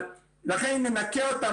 לכן אם ננכה אותם,